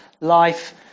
life